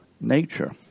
nature